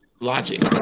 logic